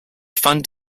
fund